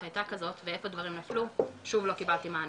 הייתה כזאת ואיפה דברים נפלו שוב לא קיבלתי מענה.